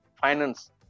finance